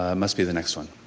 ah must be the next one.